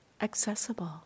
accessible